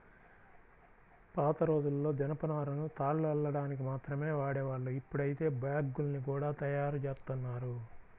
పాతరోజుల్లో జనపనారను తాళ్లు అల్లడానికి మాత్రమే వాడేవాళ్ళు, ఇప్పుడైతే బ్యాగ్గుల్ని గూడా తయ్యారుజేత్తన్నారు